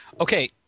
Okay